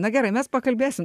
na gerai mes pakalbėsim